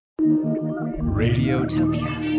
Radiotopia